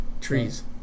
Trees